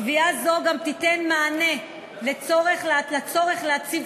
קביעה זו גם תיתן מענה לצורך להציב